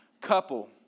couple